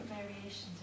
variations